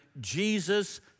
Jesus